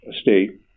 state